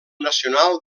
nacional